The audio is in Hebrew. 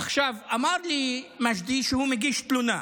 עכשיו, אמר לי מג'די שהוא מגיש תלונה.